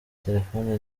telefoni